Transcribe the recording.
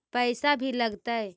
पैसा भी लगतय?